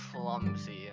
clumsy